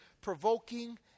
provoking